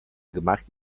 gmach